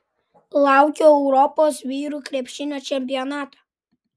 laukiu europos vyrų krepšinio čempionato